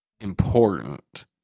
important